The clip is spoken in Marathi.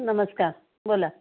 नमस्कार बोला